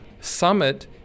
Summit